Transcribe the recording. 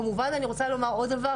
כמובן אני רוצה לומר עוד דבר,